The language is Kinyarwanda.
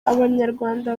abanyarwanda